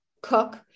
cook